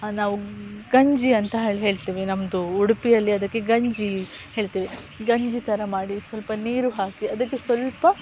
ನಾವು ಗಂಜಿ ಅಂತ ಹೇಳಿ ಹೇಳ್ತೀವಿ ನಮ್ಮದು ಉಡುಪಿಯಲ್ಲಿ ಅದಕ್ಕೆ ಗಂಜಿ ಹೇಳ್ತೀವಿ ಗಂಜಿ ಥರ ಮಾಡಿ ಸ್ವಲ್ಪ ನೀರು ಹಾಕಿ ಅದಕ್ಕೆ ಸ್ವಲ್ಪ